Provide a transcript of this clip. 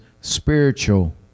spiritual